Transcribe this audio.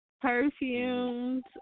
Perfumes